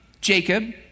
Jacob